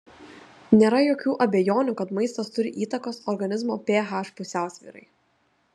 nėra jokių abejonių kad maistas turi įtakos organizmo ph pusiausvyrai